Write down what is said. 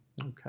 okay